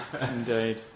indeed